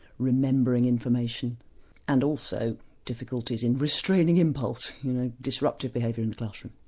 remembering information and also difficulties in restraining impulse, you know disruptive behaviour in the classroom.